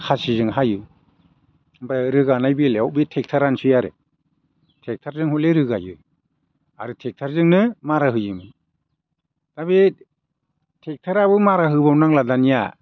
खासिजों हायो ओमफ्राय रोगानाय बेलायाव बे ट्रेक्ट'रानोसै आरो ट्रेक्ट'रजों हले रोगायो आरो ट्रेक्ट'रजोंनो मारा होयोमोन दा बे ट्रेक्ट'राबो मारा होबाव नांला दानिया